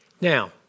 Now